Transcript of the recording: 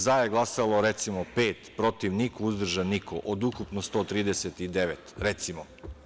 Za je glasalo, recimo, pet, protiv niko, uzdržan niko od ukupno 139, recimo.